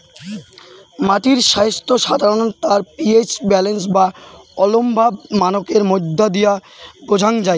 মাটির স্বাইস্থ্য সাধারণত তার পি.এইচ ব্যালেন্স বা অম্লভাব মানকের মইধ্য দিয়া বোঝাং যাই